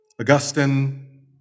Augustine